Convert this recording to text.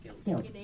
skills